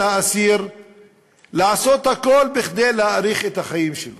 האסיר לעשות הכול בשביל להאריך את החיים שלו.